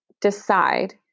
decide